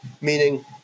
meaning